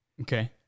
Okay